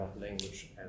language